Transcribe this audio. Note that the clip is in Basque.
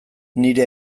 nire